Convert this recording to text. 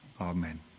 amen